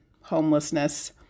homelessness